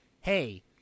hey